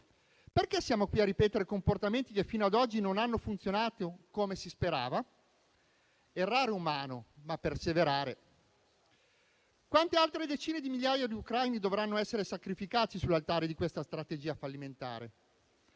Perché siamo qui a ripetere comportamenti che fino ad oggi non hanno funzionato come si sperava? Errare è umano, ma perseverare... Quante altre decine di migliaia di ucraini dovranno essere sacrificate sull'altare di questa strategia fallimentare?